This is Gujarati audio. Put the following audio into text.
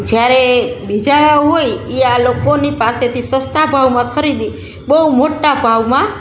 જ્યારે બીજા હોય એ આ લોકોની પાસેથી સસ્તા ભાવમાં ખરીદી બહુ મોટા ભાવમાં